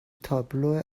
تابلو